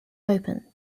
open